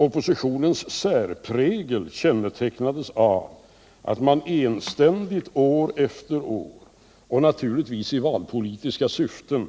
Oppositionens särprägel kännetecknades av att man år efter år och naturligtvis av valpolitiska syften